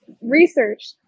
research